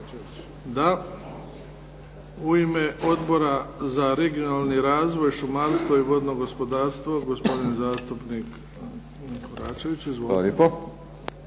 Da. U ime Odbora za regionalni razvoj, šumarstvo i vodno gospodarstvo gospodin zastupnik Koračević. Izvolite.